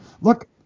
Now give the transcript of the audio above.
Look